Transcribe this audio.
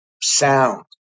sound